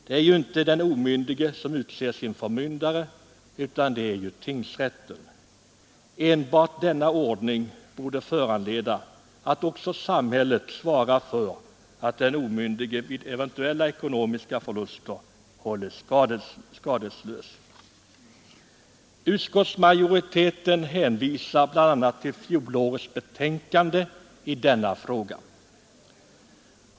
Det är ju inte den omyndige som utser sin förmyndare, utan tingsrätten. Enbart denna ordning borde föranleda att samhället också svarar för att den omyndige vid eventuella ekonomiska förluster hålles skadelös. Utskottsmajoriteten hänvisar bl.a. till fjolårets betänkande i denna fråga.